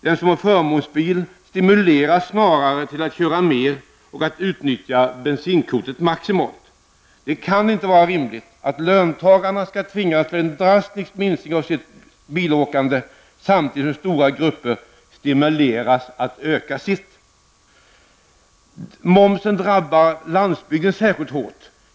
Den som har förmånsbil stimuleras snarare till att köra mer och att utnyttja ''bensinkortet'' maximalt. Det kan inte vara rimligt att löntagarna skall tvingas minska sitt bilåkande drastiskt, samtidigt som stora grupper stimuleras att öka sitt. Momsen drabbar landsbygden särskilt hårt.